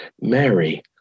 Mary